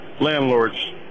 landlords